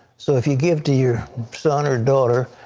so if you give to your son or daughter,